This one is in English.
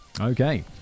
Okay